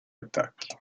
attacchi